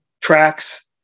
tracks